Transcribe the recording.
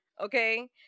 Okay